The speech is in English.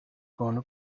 gonna